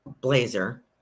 blazer